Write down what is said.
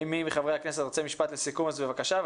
מי מחברי הכנסת רוצה משפט לסיכום בבקשה,